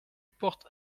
porte